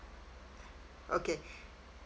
okay